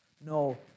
No